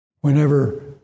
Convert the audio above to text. Whenever